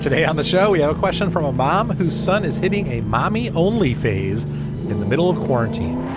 today on the show, we have a question from a mom whose son is hitting a mommy only phase in the middle of quarantine.